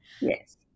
Yes